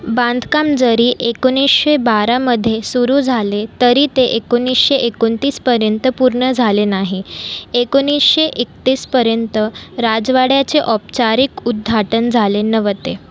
बांधकाम जरी एकोणिसशे बारामध्ये सुरू झाले तरी ते एकोणिसशे एकोणतीसपर्यंत पूर्ण झाले नाही एकोणिसशे एकतीसपर्यंत राजवाड्याचे औपचारिक उद्घाटन झाले नव्हते